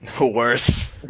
Worse